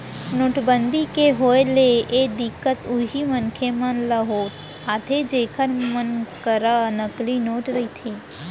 नोटबंदी के होय ले ए दिक्कत उहीं मनसे मन ल आथे जेखर मन करा नकली नोट रहिथे